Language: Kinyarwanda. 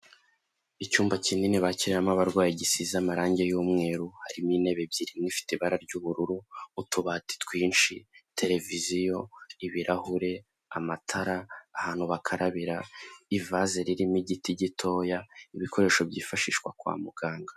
Icyumba kinini bakakiriramo abarwayi gisize amarangi y'umweru, harimo intebe ebyiri, imwe ifite ibara ry'ubururu, utubati twinshi, televiziy,o ibirahure, amatara, ahantu bakarabira ivaze ririmo igiti gitoya, ibikoresho byifashishwa kwa muganga.